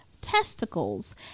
testicles